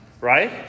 Right